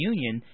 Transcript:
Union